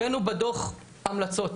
הבאנו בדוח המלצות,